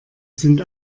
sind